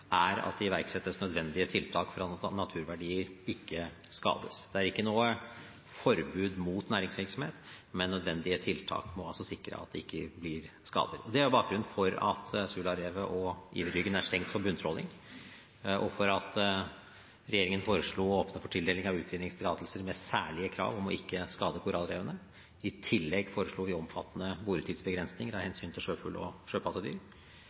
er at det iverksettes nødvendige tiltak for at naturverdier ikke skades. Det er ikke noe forbud mot næringsvirksomhet, men nødvendige tiltak må sikre at det ikke blir skader. Det er bakgrunnen for at Sularevet og Iverryggen er stengt for bunntråling, og for at regjeringen foreslo å åpne for tildeling av utvinningstillatelser med særlige krav om ikke å skade korallrevene. I tillegg foreslo vi omfattende boretidsbegrensninger av hensyn til sjøfugl og sjøpattedyr.